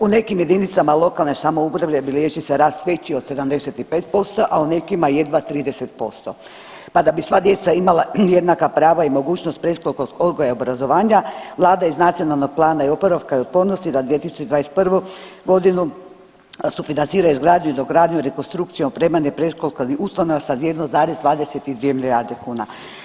U nekim jedinicama lokalne samouprave bilježi se rast veći od 75%, a u nekima jedva 30%, pa da bi sva djeca imala jednaka prava i mogućnost predškolskog odgoja i obrazovanja Vlada je iz Nacionalnog plana oporavka i otpornosti za 2021. godinu sufinancira izgradnju i dogradnju, rekonstrukciju, opremanje predškolskih ustanova sa 1,22 milijarde kuna.